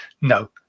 no